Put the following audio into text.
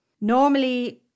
Normally